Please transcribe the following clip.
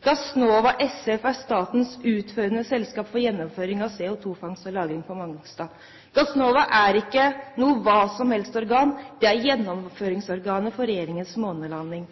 Gassnova SF er statens utførende selskap for gjennomføring av CO2-fangst og lagring på Mongstad. Gassnova er ikke noe hvilket som helst organ. Det er gjennomføringsorganet for regjeringens månelanding.